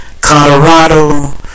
Colorado